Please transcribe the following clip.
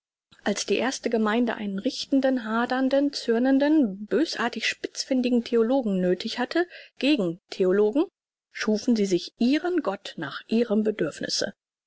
als die erste gemeinde einen richtenden hadernden zürnenden bösartig spitzfindigen theologen nöthig hatte gegen theologen schuf sie sich ihren gott nach ihrem bedürfnisse